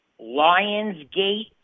Lionsgate